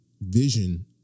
vision